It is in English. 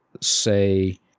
say